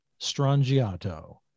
Strangiato